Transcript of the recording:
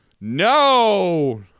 No